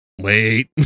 wait